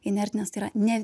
inertinės tai yra ne